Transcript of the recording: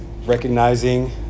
recognizing